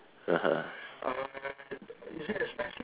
(uh huh)